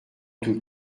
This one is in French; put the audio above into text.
tout